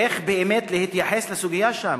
איך באמת להתייחס לסוגיה שם.